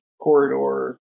corridor